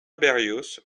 berrios